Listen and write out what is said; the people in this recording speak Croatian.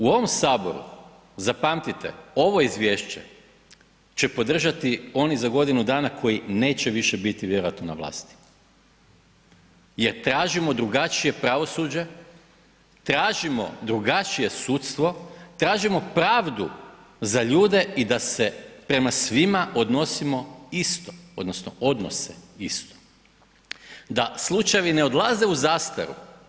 U ovom Saboru, zapamtite, ovo izvješće će podržati oni za godinu dana koji neće više biti vjerojatno na vlasti jer tražimo drugačije pravosuđe, tražimo drugačije sudstvo, tražimo pravdu za ljude i da se prema svima odnosimo isto odnosno odnose isto, da slučajevi ne odlaze u zastaru.